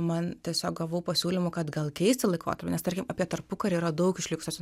man tiesiog gavau pasiūlymų kad gal keisti laikotarpį nes tarkim apie tarpukarį yra daug išlikusios